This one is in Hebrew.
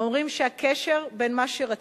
הם אומרים שהקשר בין מה שרצית,